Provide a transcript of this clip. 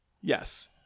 Yes